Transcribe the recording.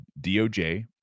DOJ